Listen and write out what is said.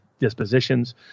dispositions